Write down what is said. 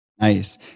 Nice